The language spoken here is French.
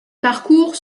parcours